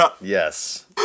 Yes